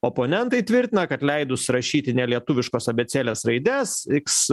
oponentai tvirtina kad leidus rašyti nelietuviškos abėcėlės raides iks